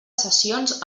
sessions